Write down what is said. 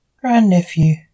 grandnephew